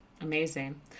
Amazing